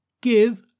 give